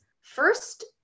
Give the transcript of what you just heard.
first